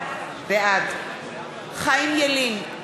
בעד חיים ילין,